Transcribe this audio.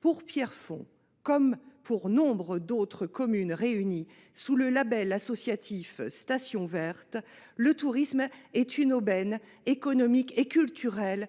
Pour Pierrefonds comme pour nombre d’autres communes réunies sous le label associatif Station verte, le tourisme est une aubaine économique et culturelle